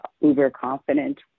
uber-confident